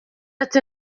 ati